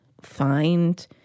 find